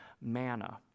Manna